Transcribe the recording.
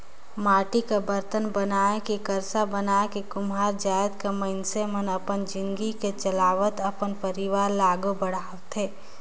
माटी कर बरतन बनाए के करसा बनाए के कुम्हार जाएत कर मइनसे मन अपन जिनगी ल चलावत अपन परिवार ल आघु बढ़ाथे